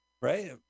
Right